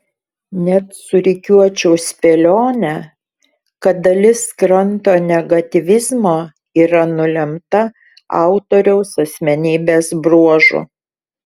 net surikiuočiau spėlionę kad dalis kranto negatyvizmo yra nulemta autoriaus asmenybės bruožų